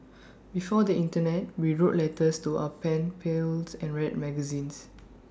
before the Internet we wrote letters to our pen pals and read magazines